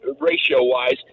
ratio-wise